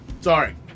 Sorry